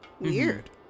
weird